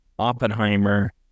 Oppenheimer